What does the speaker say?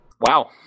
wow